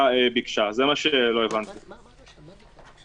והבקשה הייתה לא להוריד את הדרגה,